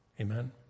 Amen